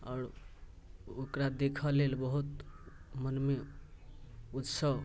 आओर ओकरा देखऽ लेल बहुत मनमे उत्साह